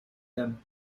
him